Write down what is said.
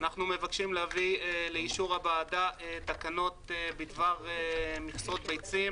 אנחנו מבקשים לאישור הוועדה תקנות בדבר מכסות ביצים